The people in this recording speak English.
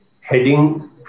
heading